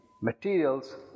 materials